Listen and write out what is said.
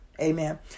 amen